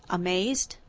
amazed.